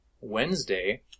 Wednesday